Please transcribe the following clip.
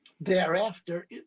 thereafter